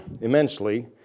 immensely